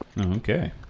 Okay